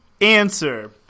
answer